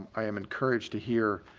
i am encouraged to hear